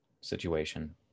situation